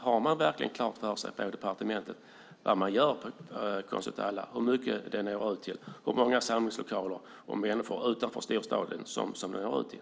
Har man verkligen klart för sig på departementet vad man gör på Konst åt alla och hur många samlingslokaler och människor utanför storstaden som verksamheten når ut till?